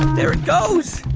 there it goes.